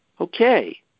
Okay